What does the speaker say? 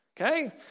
Okay